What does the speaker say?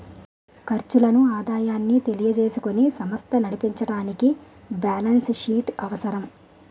ఖర్చులను ఆదాయాన్ని తెలియజేసుకుని సమస్త నడిపించడానికి బ్యాలెన్స్ షీట్ అవసరం